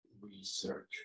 research